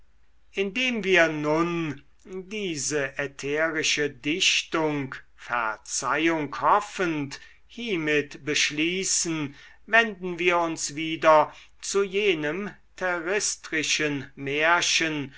indem wir nun diese ätherische dichtung verzeihung hoffend hiemit beschließen wenden wir uns wieder zu jenem terrestrischen märchen